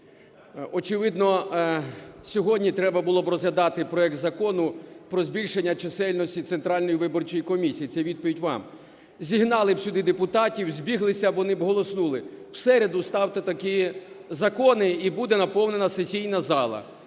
Очевидно сьогодні треба було б розглядати проект Закону про збільшення чисельності Центральної виборчої комісії. Це відповідь вам. Зігнали б сюди депутатів, збіглися б вони і голоснули. В середу ставте такі закони, і буде наповнена сесійна зала.